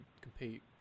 compete